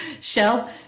Shell